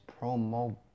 promo